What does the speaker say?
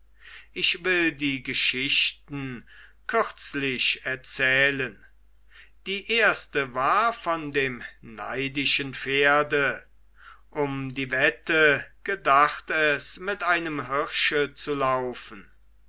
ich will die geschichten kürzlich erzählen die erste war von dem neidischen pferde um die wette gedacht es mit einem hirsche zu laufen